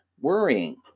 worrying